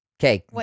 Okay